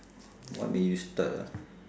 what made you start ah